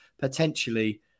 potentially